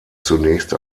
zunächst